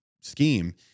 scheme